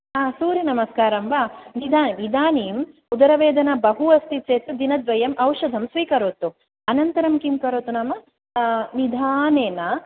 हा सूर्यनमस्कारं वा इदा इदानीम् उदरवेदना बहु अस्ति चेत् दिनद्वयम् औषधं स्वीकरोतु अनन्तरं किं करोतु नाम निधानेन